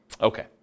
Okay